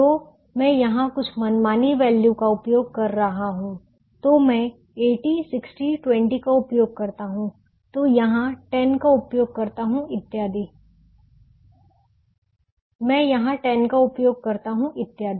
तो मैं यहाँ कुछ मनमानी वैल्यू का उपयोग कर रहा हूँ तो मैं 80 60 20 का उपयोग करता हूं मैं यहाँ 10 का उपयोग करता हूं इत्यादि